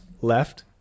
left